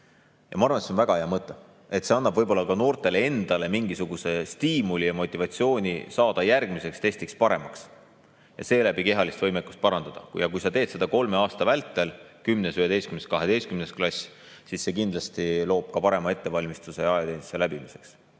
Ma arvan, et see on väga hea mõte. See annab ehk ka noortele endale mingisuguse stiimuli ja motivatsiooni saada järgmiseks testiks paremaks ja seeläbi kehalist võimekust parandada. Kui sa teed seda kolme aasta vältel, 10., 11. ja 12. klassis, siis see kindlasti loob sulle ka parema ettevalmistuse ajateenistuse läbimiseks.